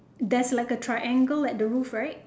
there's like a triangle at the roof right